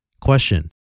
Question